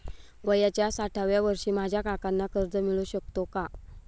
वयाच्या साठाव्या वर्षी माझ्या काकांना कर्ज मिळू शकतो का?